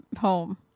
home